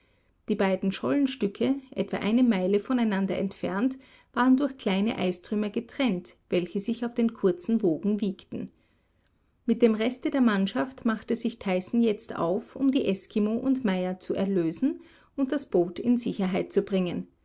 die beiden schollenstücke etwa eine meile voneinander entfernt waren durch kleine eistrümmer getrennt welche sich auf den kurzen wogen wiegten mit dem reste der mannschaft machte sich tyson jetzt auf um die eskimo und meyer zu erlösen und das boot in sicherheit zu bringen